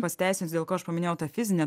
pasiteisinsiu dėl ko aš paminėjau tą fizinę